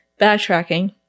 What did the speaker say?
backtracking